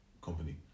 company